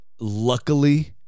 Luckily